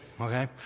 Okay